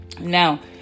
now